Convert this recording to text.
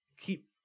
keep